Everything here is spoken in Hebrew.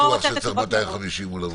אני לא בטוח שצריך 250 אולמות.